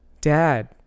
dad